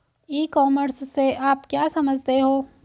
ई commerce से आप क्या समझते हो?